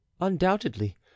undoubtedly